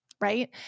Right